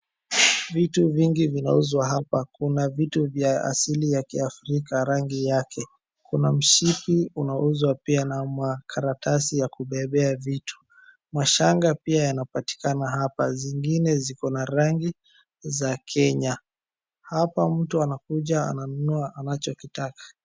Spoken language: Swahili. Vitu vingi vinauzwa hapa kuna vitu vya asili ya kiafrika rangi yake, Kuna mshipi unaouzwa pia na makaratasi ya kubebea vitu mashangaa pia yanapatikana hapa zingine ziko Na rangi za Kenya. Hapa mtu anakuja ananunua anachokitaka.